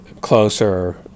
closer